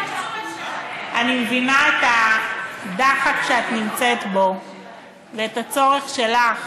אני מבינה את הדחק שאת נמצאת בו ואת הצורך שלך